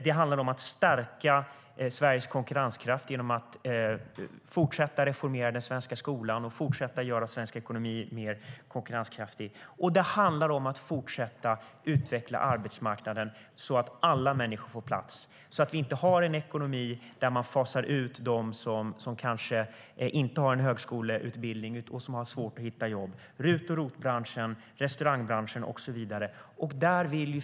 Det handlar om att stärka Sveriges konkurrenskraft genom att fortsätta reformera den svenska skolan och fortsätta att göra svensk ekonomi mer konkurrenskraftig. Det handlar om att fortsätta utveckla arbetsmarknaden så att alla människor får plats. Vi ska inte ha en ekonomi där man fasar ut dem som kanske inte har en högskoleutbildning och har svårt att hitta jobb. Det handlar om RUT och ROT-branschen, restaurangbranschen och så vidare.